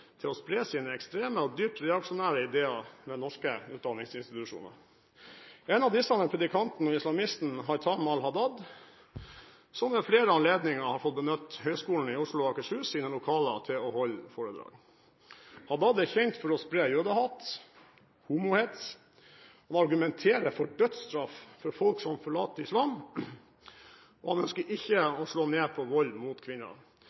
til å spre sine ekstreme og dypt reaksjonære ideer ved norske utdanningsinstitusjoner. En av disse er predikanten og islamisten Haitham al-Haddad, som ved flere anledninger har fått benytte lokalene til Høgskolen i Oslo og Akershus til å holde foredrag. Al-Haddad er kjent for å spre jødehat, homohets, han argumenterer for dødsstraff for folk som forlater islam, og han ønsker ikke å slå ned på vold mot kvinner.